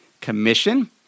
commission